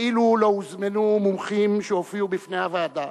כאילו לא הוזמנו מומחים שהופיעו לפני הוועדה,